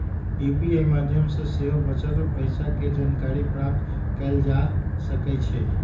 UPI माध्यम से सेहो बचल पइसा के जानकारी प्राप्त कएल जा सकैछइ